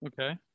Okay